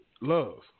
Love